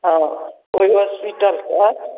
हँ ओच होस्पिटलके